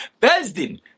Bezdin